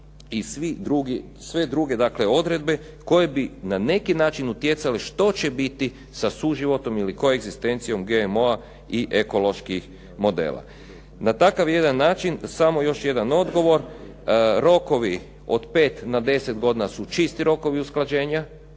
druge dakle odredbe koje bi na neki način utjecale što će biti sa suživotom ili koegzistencijom GMO-a i ekoloških modela. Na takav jedan način samo još jedan odgovor. Rokovi od 5 na 10 godina su čisti rokovi usklađenja,